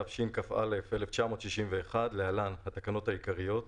התשכ"א 1961 (להלן התקנות העיקריות),